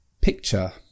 Picture